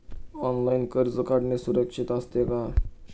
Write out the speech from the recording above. Online कर्ज काढणे सुरक्षित असते का?